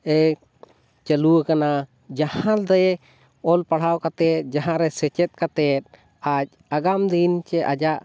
ᱮ ᱪᱟᱹᱞᱩ ᱟᱠᱟᱱᱟ ᱡᱟᱦᱟᱸᱛᱮ ᱚᱞ ᱯᱟᱲᱦᱟᱣ ᱠᱟᱛᱮᱫ ᱡᱟᱦᱟᱸ ᱨᱮ ᱥᱮᱪᱮᱫ ᱠᱟᱛᱮᱫ ᱟᱡ ᱟᱜᱟᱢ ᱫᱤᱱ ᱥᱮ ᱟᱡᱟᱜ